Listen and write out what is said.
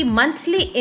monthly